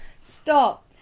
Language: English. Stop